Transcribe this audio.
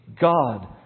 God